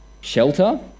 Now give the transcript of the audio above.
shelter